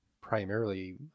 primarily